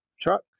truck